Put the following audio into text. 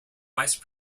vice